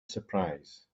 surprise